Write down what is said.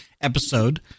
episode